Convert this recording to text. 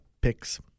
picks